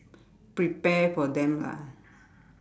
prepare for them lah